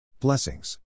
Blessings